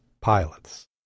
pilots